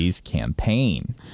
campaign